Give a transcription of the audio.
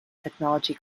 technology